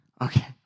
okay